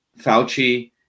Fauci